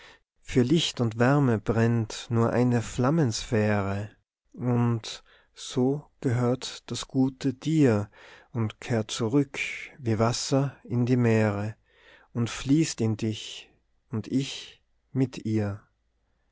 für licht und wärme brennt nur eine flammensphäre und so gehöret das gute dir und kehrt zurück wie wasser in die meere und fleißt in dich und ich mit ihr